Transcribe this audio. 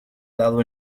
dado